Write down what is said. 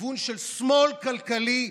כיוון של שמאל כלכלי,